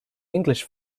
english